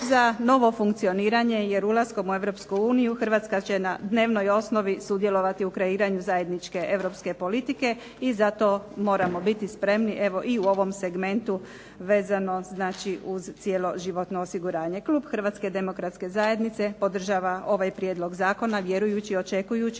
za novo funkcioniranje. Jer ulaskom u Europsku uniju Hrvatska će na dnevnoj osnovi sudjelovati u kreiranju zajedničke europske politike i zato moramo biti spremni evo i u ovom segmentu vezano uz cjeloživotno osiguranje. Klub HDZ-a podržava ovaj prijedlog zakona vjerujući i očekujući